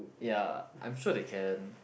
ya I'm sure they can